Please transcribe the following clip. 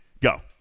go